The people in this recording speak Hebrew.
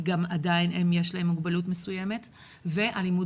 כי גם עדיין הם יש להם מוגבלות מסוימת ואלימות